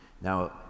Now